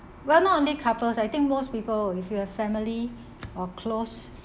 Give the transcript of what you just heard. well not only couples I think most people if you have family or close